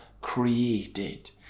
created